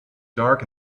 dark